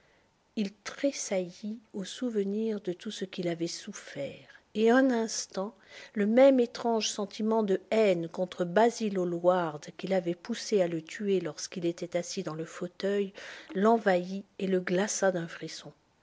il tressaillit au souvenir de tout ce qu'il avait souffert et un instant le même étrange sentiment de haine contre basil hallward qui l'avait poussé à le tuer lorsqu'il était assis dans le fauteuil l'envahit et le glaça d'un frisson